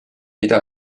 ida